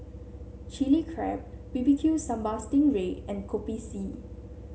Chili Crab B B Q Sambal Sting Ray and Kopi C